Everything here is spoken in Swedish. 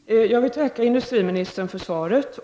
Fru talman! Jag vill tacka industriministern för svaret.